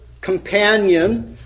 companion